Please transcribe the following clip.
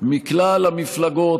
מכלל המפלגות,